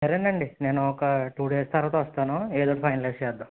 సరే అండి నేను ఒక టూ డేస్ తరువాత వస్తాను ఏదో ఒకటి ఫైనలైజ్ చేద్దాం